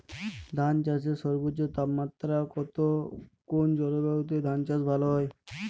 ধান চাষে সর্বোচ্চ তাপমাত্রা কত কোন জলবায়ুতে ধান চাষ ভালো হয়?